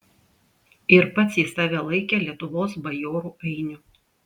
ir pats jis save laikė lietuvos bajorų ainiu